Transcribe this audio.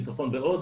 בטחון ועוד,